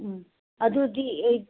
ꯎꯝ ꯑꯗꯨꯗꯤ ꯑꯩ